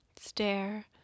stare